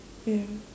ya